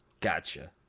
Gotcha